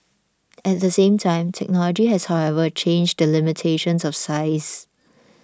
at the same time technology has however changed the limitations of size